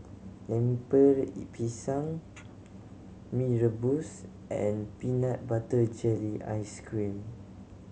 Lemper Pisang Mee Rebus and peanut butter jelly ice cream